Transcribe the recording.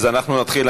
אז אנחנו נתחיל.